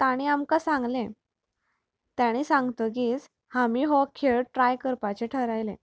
ताणी आमकां सांगले ताणी सांगतरीत आमी हो खेळ ट्राय करपाचे थारायलें